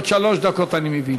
עוד שלוש דקות, אני מבין.